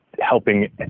helping